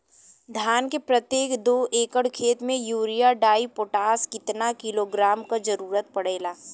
धान के प्रत्येक दो एकड़ खेत मे यूरिया डाईपोटाष कितना किलोग्राम क जरूरत पड़ेला?